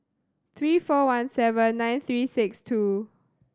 three four one seven nine three six two